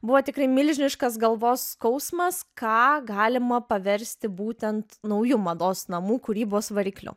buvo tikrai milžiniškas galvos skausmas ką galima paversti būtent nauju mados namų kūrybos varikliu